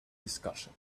discussion